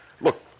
look